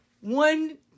One